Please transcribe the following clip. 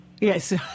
Yes